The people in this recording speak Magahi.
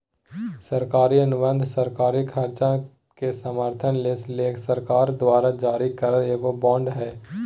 सरकारी अनुबंध सरकारी खर्च के समर्थन ले सरकार द्वारा जारी करल एगो बांड हय